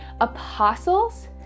apostles